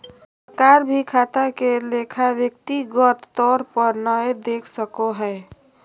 सरकार भी खाता के लेखा व्यक्तिगत तौर पर नय देख सको हय